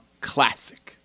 classic